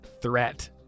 threat